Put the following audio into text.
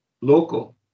local